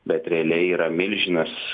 bet realiai yra milžinas